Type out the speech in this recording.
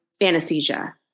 anesthesia